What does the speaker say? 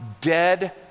dead